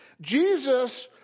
Jesus